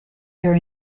your